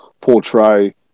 portray